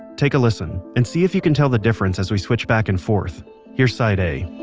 take a listen, and see if you can tell the difference as we switch back and forth here's side a.